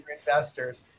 investors